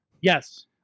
yes